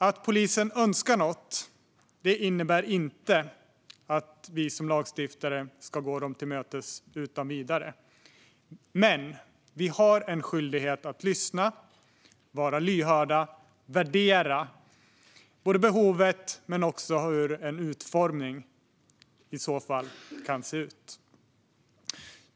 Att polisen önskar något innebär inte att vi som lagstiftare ska gå dem till mötes utan vidare. Men vi har en skyldighet att lyssna, vara lyhörda och värdera både behovet och hur en utformning i så fall kan se ut.